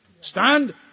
stand